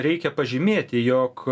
reikia pažymėti jog